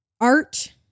art